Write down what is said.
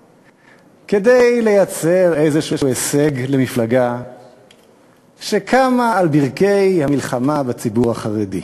נולד כדי לייצר איזה הישג למפלגה שקמה על ברכי המלחמה בציבור החרדי.